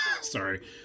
sorry